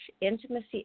Intimacy